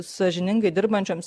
sąžiningai dirbančioms